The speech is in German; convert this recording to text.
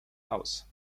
aus